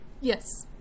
Yes